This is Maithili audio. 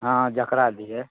हँ जकरा दियै